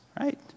right